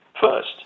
first